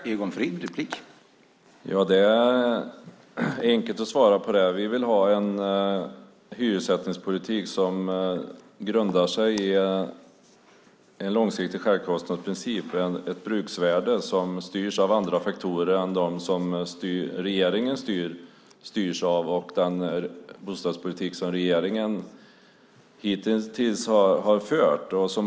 Herr talman! Det är enkelt att svara på det. Vi vill ha en hyressättningspolitik som grundar sig på en långsiktig självkostnadsprincip, ett bruksvärde som styrs av andra faktorer än dem som regeringen styrs av och den bostadspolitik som regeringen hittills har fört.